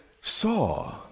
saw